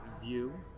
view